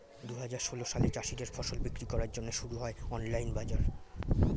দুহাজার ষোল সালে চাষীদের ফসল বিক্রি করার জন্যে শুরু হয় অনলাইন বাজার